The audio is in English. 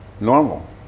normal